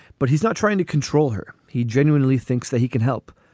but he's not trying to control her. he genuinely thinks that he can help.